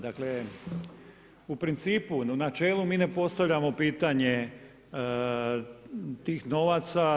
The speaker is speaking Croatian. Dakle, u principu, u načelu mi ne postavljamo pitanje tih novaca.